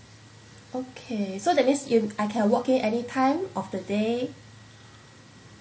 okay so that means it I can walk in any time of the day